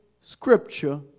scripture